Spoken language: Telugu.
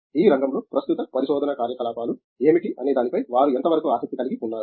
ఈ రంగంలో ప్రస్తుత పరిశోధన కార్యకలాపాలు ఏమిటి అనే దానిపై వారు ఎంత వరకు ఆసక్తి కలిగి ఉన్నారు